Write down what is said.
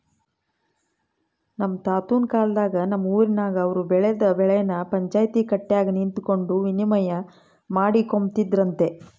ನಮ್ ತಾತುನ್ ಕಾಲದಾಗ ನಮ್ ಊರಿನಾಗ ಅವ್ರು ಬೆಳ್ದ್ ಬೆಳೆನ ಪಂಚಾಯ್ತಿ ಕಟ್ಯಾಗ ನಿಂತಕಂಡು ವಿನಿಮಯ ಮಾಡಿಕೊಂಬ್ತಿದ್ರಂತೆ